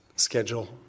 schedule